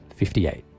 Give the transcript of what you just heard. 58